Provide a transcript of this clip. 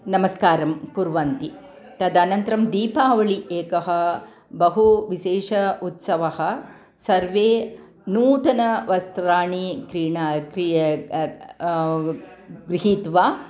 नमस्कारं कुर्वन्ति तदनन्तरं दीपावलिः एकः बहु विशेषः उत्सवः सर्वे नूतनवस्त्राणि क्रीणा क्रिय गृहीत्वा